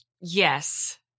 yes